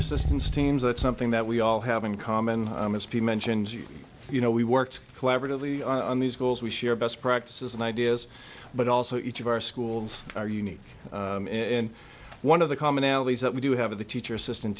assistance teams that's something that we all have in common as peter mentioned you know we worked collaboratively on the schools we share best practices and ideas but also each of our schools are unique in one of the commonalities that we do have a teacher assistant